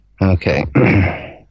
Okay